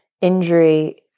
injury